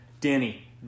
Danny